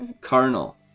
carnal